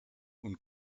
und